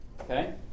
Okay